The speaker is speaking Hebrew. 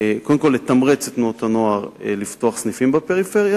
כדי לתמרץ את תנועות הנוער לפתוח סניפים בפריפריה,